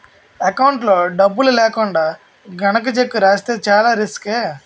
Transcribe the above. ఎకౌంట్లో డబ్బులు లేకుండా గనక చెక్కు రాస్తే చానా రిసుకే